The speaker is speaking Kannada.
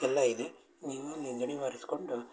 ಎಲ್ಲ ಇದೆ ನೀವು ಅಲ್ಲಿ ದಣಿವಾರಿಸಿಕೊಂಡು